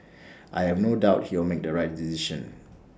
I have no doubt he'll make the right decision